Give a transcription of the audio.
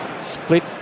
split